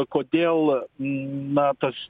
kodėl na tas